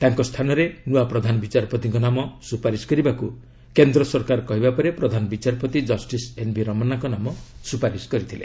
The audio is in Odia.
ତାଙ୍କ ସ୍ଥାନରେ ନୂଆ ପ୍ରଧାନ ବିଚାରପତିଙ୍କ ନାମ ସୁପାରିଶ କରିବାକୁ କେନ୍ଦ୍ର ସରକାର କହିବା ପରେ ପ୍ରଧାନ ବିଚାରପତି ଜଷ୍ଟିସ୍ ଏନ୍ଭି ରମନାଙ୍କ ନାମ ସୁପାରିଶ କରିଛନ୍ତି